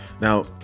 Now